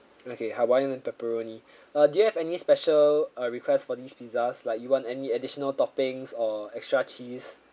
okay hawaiian and pepperoni uh do you have any special uh request for these pizzas like you want any additional toppings or extra cheese